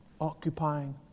occupying